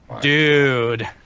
Dude